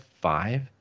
five